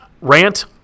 Rant